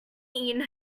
mean